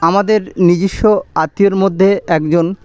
আমাদের নিজস্ব আত্মীয়ের মধ্যে একজন